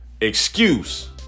Excuse